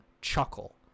chuckle